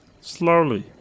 slowly